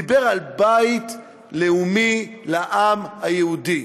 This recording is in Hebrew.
דיבר על בית לאומי לעם היהודי.